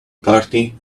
party